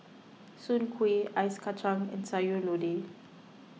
Soon Kway Ice Kacang and Sayur Lodeh